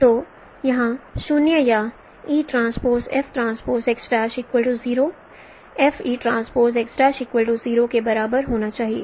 तो यह 0 या eTFTx'0 FeTx' 0 के बराबर होना चाहिए